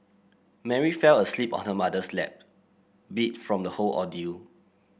Mary fell asleep on her mother's lap beat from the whole ordeal